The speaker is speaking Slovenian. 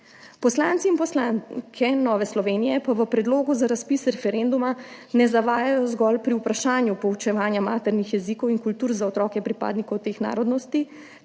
Poslanci in poslanke Nove Slovenije pa v predlogu za razpis referenduma ne zavajajo zgolj pri vprašanju poučevanja maternih jezikov in kultur za otroke pripadnikov teh narodnosti,